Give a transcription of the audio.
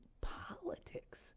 politics